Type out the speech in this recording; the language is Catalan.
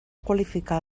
qualificar